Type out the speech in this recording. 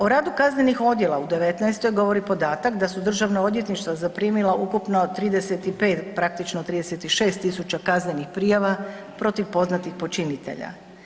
O radi kaznenih odjela u '19. govori podatak da su državna odvjetništva zaprimila ukupno 35, praktično 36 tisuća kaznenih prijava protiv poznatih počinitelja.